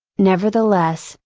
nevertheless,